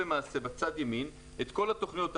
בצד ימין אתם רואים את כל התוכניות,